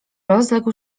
rozległ